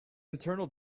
internal